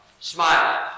Smile